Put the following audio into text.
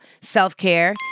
self-care